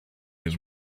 his